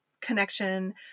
connection